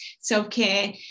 self-care